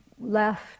left